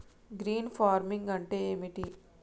Green farming అంటే ఏమిటి?